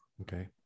Okay